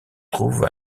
trouve